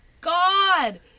God